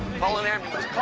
call an ambulance